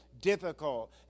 difficult